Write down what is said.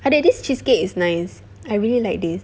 adik this cheesecake is nice I really like this